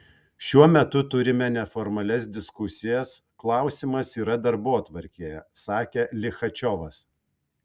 šiuo metu turime neformalias diskusijas klausimas yra darbotvarkėje sakė lichačiovas